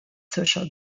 social